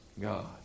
God